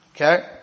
Okay